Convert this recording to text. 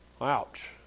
Ouch